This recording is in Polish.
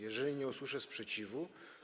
Jeżeli nie usłyszę sprzeciwu.